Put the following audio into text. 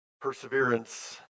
perseverance